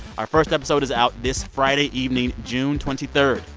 our first episode is out this friday evening, june twenty three.